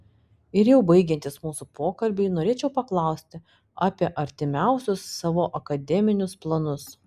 ir jau baigiantis mūsų pokalbiui norėčiau paklausti apie artimiausius savo akademinius planus